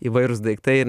įvairūs daiktai ir